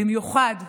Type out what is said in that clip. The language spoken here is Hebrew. במיוחד בשב"ס,